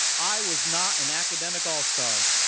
i was not an academic all-star,